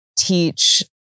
teach